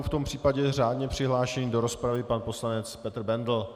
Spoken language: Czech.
V tom případě je řádně přihlášen do rozpravy pan poslanec Petr Bendl.